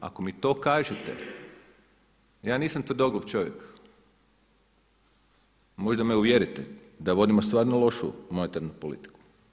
Ako mi to kažete, ja nisam tvrdoglav čovjek, možda me uvjerite da vodimo stvarno lošu monetarnu politiku.